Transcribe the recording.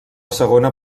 segona